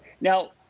Now